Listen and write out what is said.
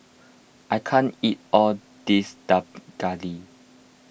I can't eat all of this Dak Galbi